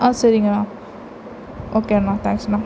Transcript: ஆ சரிங்கண்ணா ஓகேண்ணா தேங்க்ஸ்ண்ணா